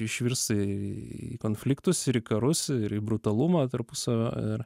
išvirsta į konfliktus ir į karus ir į brutalumą tarpusavio ir